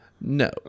No